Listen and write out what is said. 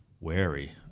wary